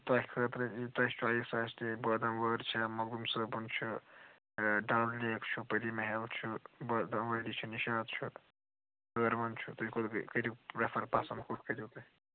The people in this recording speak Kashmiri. تۄہہِ خٲطرٕ یہِ تۄہہِ چۄیِس آسہِ تہِ یہِ بادَم وٲر چھِ مۄکدُم صوبُن چھِ ڈل لیک چھُ پٕری محل چھُ بادَم وٲری چھِ نشاط چھِ ہٲروَن چھُ تُہۍ کوٚت کٔرِو پریٚفَر پسند کوٚت کٔرِو تُہۍ